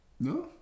No